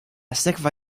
sekva